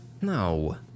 No